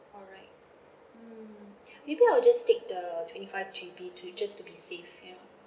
alright mm maybe I will just take the twenty five G_B to just to be safe ya